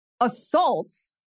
assaults